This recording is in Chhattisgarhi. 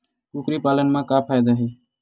कुकरी पालन म का फ़ायदा हे?